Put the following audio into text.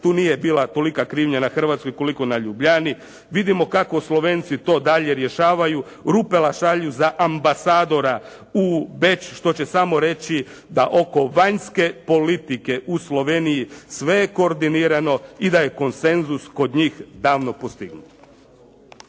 Tu nije bila tolika krivnja na Hrvatskoj koliko na Ljubljani. Vidimo kako Slovenci to dalje rješavaju. Rupela šalju za ambasadora u Beč što će samo reći da oko vanjske politike u Sloveniji sve je koordinirano i da je konsenzus kod njih davno postignut.